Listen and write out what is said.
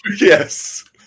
Yes